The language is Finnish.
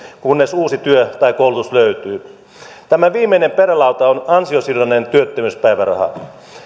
kunnes uusi työ tai koulutus löytyy tämä viimeinen perälauta on ansio sidonnainen työttömyyspäiväraha